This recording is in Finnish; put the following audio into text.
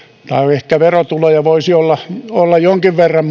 ehkä verotuloja voisi olla olla jonkin verran